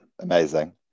amazing